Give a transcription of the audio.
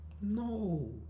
No